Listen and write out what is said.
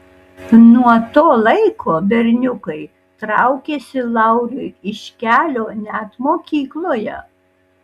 nuo to laiko berniukai traukėsi lauriui iš kelio net mokykloje